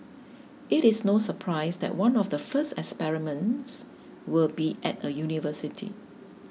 it is no surprise that one of the first experiments will be at a university